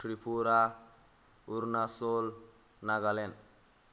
Tripura Arunachal Nagaland